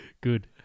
Good